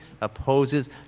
opposes